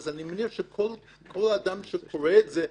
אני מניח שכל אדם שרואה את זה,